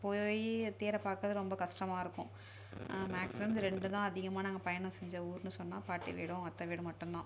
போய் தேரை பாக்கிறது ரொம்ப கஷ்டமாக இருக்கும் மேக்ஸிமம் இது ரெண்டு தான் அதிகமாக நாங்கள் பயணம் செஞ்ச ஊருன்னு சொன்னால் பாட்டி வீடும் அத்தை வீடும் மட்டும் தான்